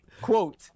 Quote